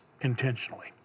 intentionally